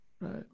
right